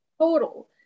total